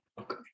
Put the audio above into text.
Okay